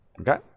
Okay